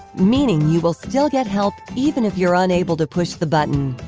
meaning you will still get help even if you're unable to push the button.